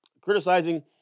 criticizing